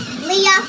Leah